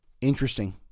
interesting